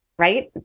Right